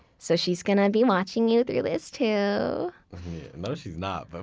so she's gonna be watching you through this too no she's not,